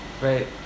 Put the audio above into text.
Right